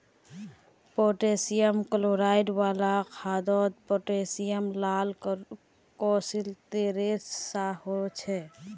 potassium chloride वाला खादोत potassium लाल क्लिस्तेरेर सा होछे